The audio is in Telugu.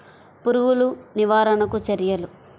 పురుగులు నివారణకు చర్యలు?